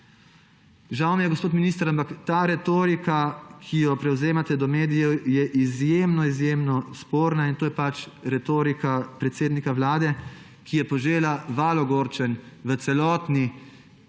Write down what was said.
Žal mi je, gospod minister, ampak ta retorika, ki jo prevzemate do medijev, je izjemno izjemno sporna. To je retorika predsednika Vlade, ki je požela val ogorčenj v celotni demokratični